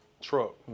truck